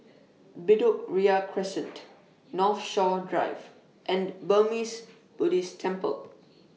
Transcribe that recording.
Bedok Ria Crescent Northshore Drive and Burmese Buddhist Temple